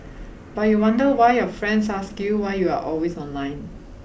but you wonder why your friends ask you why you are always online